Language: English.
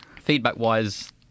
feedback-wise